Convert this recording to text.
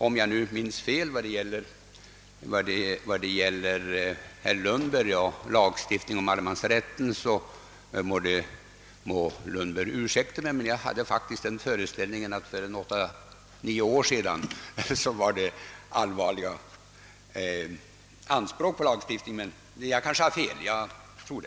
Om jag minns fel beträffande herr Lundbergs inställning till en lagstiftning om allemansrätten får herr Lundberg ursäkta mig. Jag hade faktiskt den föreställningen att herr Lundberg för åtta, nio år sedan ställde allvarliga anspråk på en sådan lagstiftning, men jag har inget pålitligt minne.